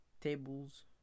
Tables